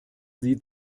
sieht